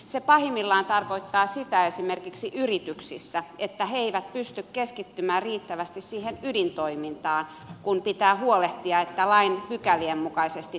se pahimmillaan tarkoittaa esimerkiksi yrityksissä sitä että he eivät pysty keskittymään riittävästi siihen ydintoimintaan kun pitää huolehtia että lain pykälien mukaisesti toimitaan